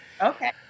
Okay